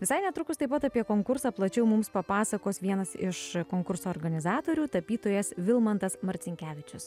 visai netrukus taip pat apie konkursą plačiau mums papasakos vienas iš konkurso organizatorių tapytojas vilmantas marcinkevičius